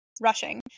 rushing